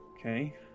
Okay